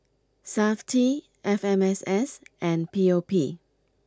Safti F M S S and P O P